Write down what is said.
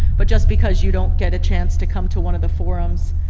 but just because you don't get a chance to come to one of the forums,